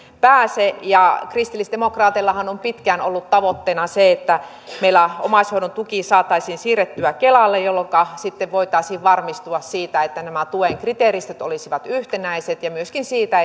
pääse kristillisdemokraateillahan on pitkään ollut tavoitteena se että meillä omaishoidon tuki saataisiin siirrettyä kelalle jolloinka sitten voitaisiin varmistua siitä että nämä tuen kriteeristöt olisivat yhtenäiset ja myöskin siitä